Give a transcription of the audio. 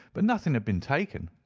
but nothing had been taken.